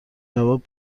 جواب